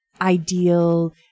ideal